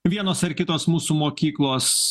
vienos ar kitos mūsų mokyklos